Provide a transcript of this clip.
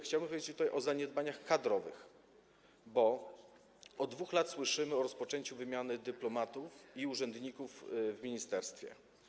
Chciałbym powiedzieć tutaj o zaniedbaniach kadrowych, bo od 2 lat słyszymy o rozpoczęciu wymiany dyplomatów i urzędników w ministerstwie.